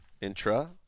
Intra-